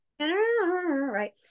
Right